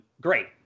great